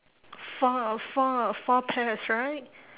four four four pears right